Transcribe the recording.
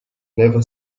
never